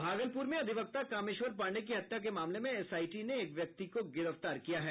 भागलपुर में अधिवक्ता कामेश्वर पाण्डेय की हत्या के मामले में एसआईटी ने एक व्यक्ति को गिरफ्तार किया है